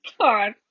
God